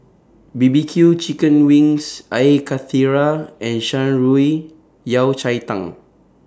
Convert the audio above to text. B B Q Chicken Wings Air Karthira and Shan Rui Yao Cai Tang